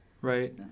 Right